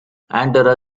andorra